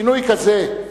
שינוי כזה,